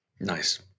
Nice